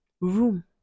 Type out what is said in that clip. room